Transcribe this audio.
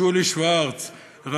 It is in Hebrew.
שולי שורץ-אלנר,